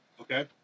Okay